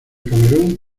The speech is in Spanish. camerún